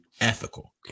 ethical